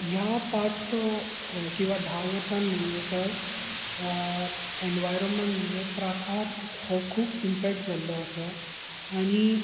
ह्या पार्टचो किंवा धा वर्सांन भितर ऍनर्वयरमॅट म्हणल्यार प्रकार हो खूब इंमपेक्ट जाल्लो आसा आणी